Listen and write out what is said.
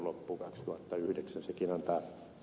sekin antaa hyvää joustoa